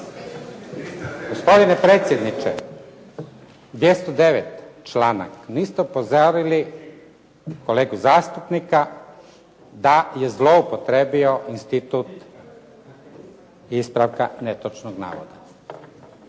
Gospodine predsjedniče 209. članak niste upozorili kolegu zastupnika da je zloupotrebio institut ispravka netočnog navoda.